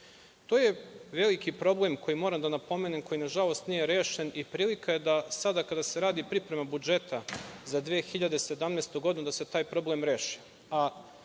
To je veliki problem koji, nažalost, nije rešen. I prilika je da sada kada se radi priprema budžeta za 2017. godinu, da se taj problem reši. Evo